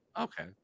Okay